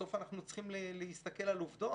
בסוף אנחנו צריכים להסתכל על עובדות,